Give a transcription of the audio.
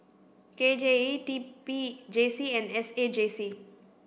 K J E T P J C and S A J C